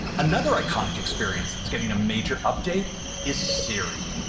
another iconic experience that's getting a major update is siri.